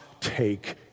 take